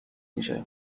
میشه